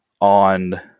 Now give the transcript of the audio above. on